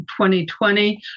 2020